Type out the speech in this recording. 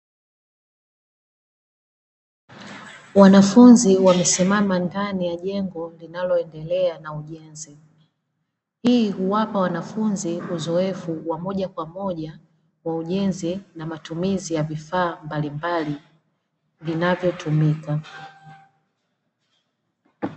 Wanafunzi wamesimama ndani ya jengo linaloendelea na ujenzi, hii huwapa wanafunzi uzoefu wa moja kwa moja wa ujenzi na matumizi ya vifaa mbalimbali vinavyotumika.